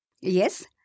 Yes